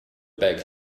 back